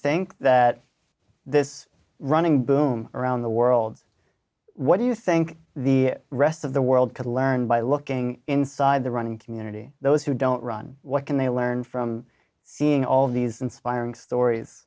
think that this running boom around the world what do you think the rest of the world can learn by looking inside the running community those who don't run what can they learn from seeing all these inspiring stories